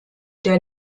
der